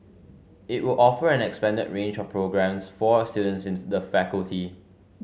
it will offer an expanded range of programmes for students in the faculty